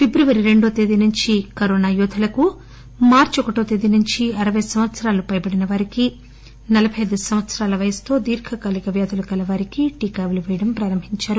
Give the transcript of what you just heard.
ఫిబ్రవరి రెండవ తేదీ నుంచి కరోనా యోధులకు మార్చి ఒకటో తేదీ నుంచి అరపై సంవత్సరాలు పైబడిన వారికి నలబై ఐదు సంవత్సరాలు వయసుతో దీర్ఘకాలిక వ్యాధులు కలవారికి టీకాపేయడం ప్రారంభించారు